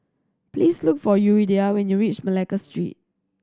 please look for Yuridia when you reach Malacca Street